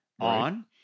on